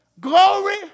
glory